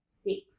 six